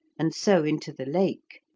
and so into the lake,